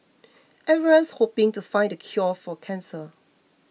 everyone's hoping to find the cure for cancer